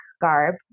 garb